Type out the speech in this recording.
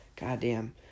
goddamn